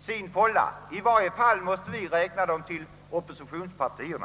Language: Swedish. sin fålla. I varje fall räknar vi dem till oppositionspartierna.